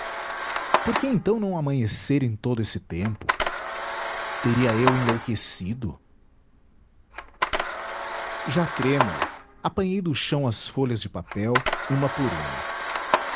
por que então não amanhecera em todo esse tempo teria eu enlouquecido já trêmulo apanhei do chão as folhas de papel uma por uma